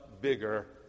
bigger